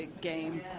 game